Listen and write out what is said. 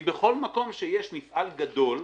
כי בכל מקום שיש מפעל גדול,